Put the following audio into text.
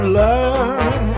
love